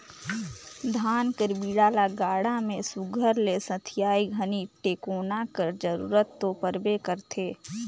धान कर बीड़ा ल गाड़ा मे सुग्घर ले सथियाए घनी टेकोना कर जरूरत दो परबे करथे